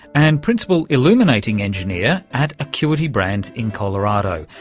and principal illuminating engineer at acuity brands in colorado.